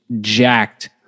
jacked